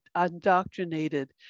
indoctrinated